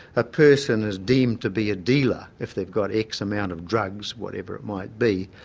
a person is deemed to be a dealer if they've got x amount of drugs whatever it might be,